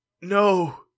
No